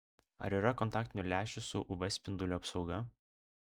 ar yra kontaktinių lęšių su uv spindulių apsauga